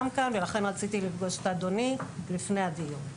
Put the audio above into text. כאן ולכן רציתי לפגוש את אדוני לפני הדיון.